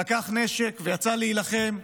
לקח נשק ויצא להילחם,